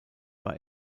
war